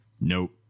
Nope